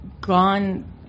gone